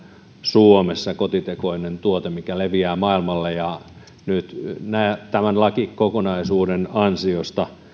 suomessa kotitekoinen tuote mikä leviää maailmalle ja nyt tämän lakikokonaisuuden ansiosta